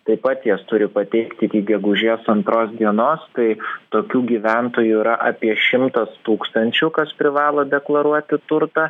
taip pat jas turi pateikt iki gegužės antros dienos tai tokių gyventojų yra apie šimtas tūkstančių kas privalo deklaruoti turtą